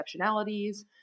exceptionalities